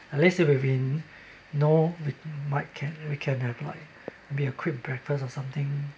unless if we've been you know we might can we can have like maybe a quick breakfast or something